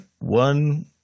one